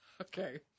Okay